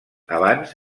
abans